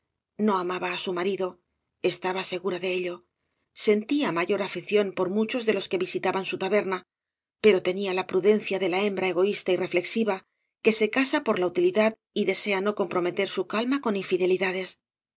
no amaba á su marido estaba segura de ello sentía mayor afición por muchos de los que visitaban su taberna pero tenía la prudencia de la hembra egoísta y reflexiva que se casa por la utilidad y desea no comprometer su calma con infidelidades un